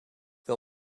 wil